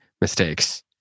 mistakes